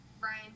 Brian